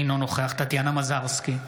אינו נוכח טטיאנה מזרסקי,